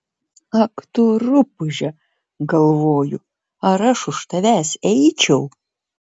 ak tu rupūže galvoju ar aš už tavęs eičiau